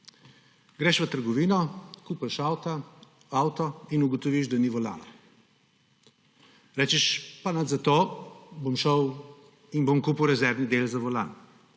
greš v trgovino, kupiš avto in ugotoviš, da ni volana. Rečeš, pa nič zato, bom šel in bom kupil rezervni del za volan.